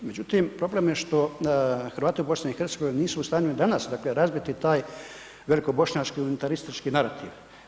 Međutim, problem je što Hrvati u BiH nisu u stanju i danas dakle razbiti taj velikobošnjački unitaristički narativ.